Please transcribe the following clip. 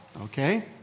Okay